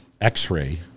x-ray